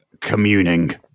communing